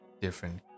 different